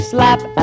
Slap